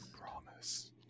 promise